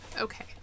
Okay